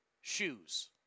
Shoes